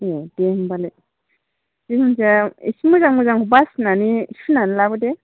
दे होमबालाय जिखुनु जाया एसे मोजां मोजां बासिनानै सुनानै लाबो दे